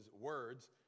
words